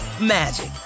magic